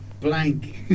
Blank